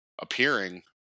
appearing